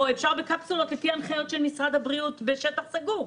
או אפשר בקפסולות לפי הנחיות של משרד הבריאות בשטח סגור.